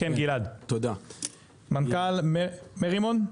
מנכ"ל מרימון בבקשה.